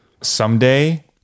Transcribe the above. someday